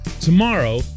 tomorrow